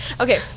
Okay